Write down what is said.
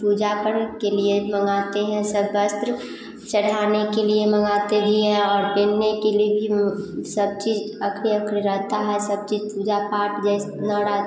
पूजार्पण के लिए मँगाते हैं सब वस्त्र चढ़ाने के लिए मँगाते भी हैं और पहनने के लिए भी सब चीज़ अखरी अखरी रहता है सब चीज़ पूजा पाठ जैसे नवरात्रि